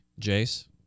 Jace